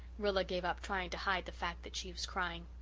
rilla gave up trying to hide the fact that she was crying.